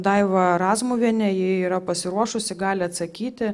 daivą razmuvienę ji yra pasiruošusi gali atsakyti